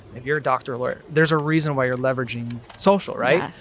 if you're a doctor or lawyer, there's a reason why you're leveraging social, right?